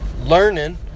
learning